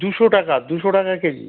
দুশো টাকা দুশো টাকা কেজি